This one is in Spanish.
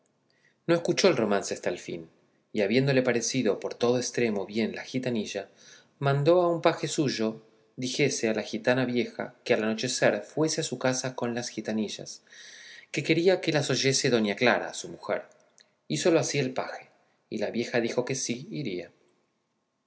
no escuchó el romance hasta la fin y habiéndole parecido por todo estremo bien la gitanilla mandó a un paje suyo dijese a la gitana vieja que al anochecer fuese a su casa con las gitanillas que quería que las oyese doña clara su mujer hízolo así el paje y la vieja dijo que sí iría